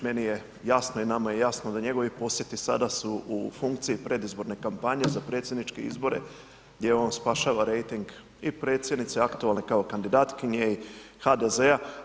Meni je jasno i nama je jasno da njegovi posjeti sada su u funkciji predizborne kampanje za predsjedniče izbore gdje on spašava rejting i predsjednice aktualne kao kandidatkinje i HDZ-a.